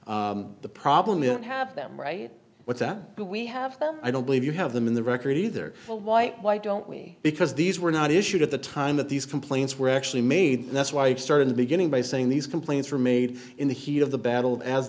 year the problem that have them right but that we have i don't believe you have them in the record either white why don't we because these were not issued at the time that these complaints were actually made and that's why i started the beginning by saying these complaints were made in the heat of the battle as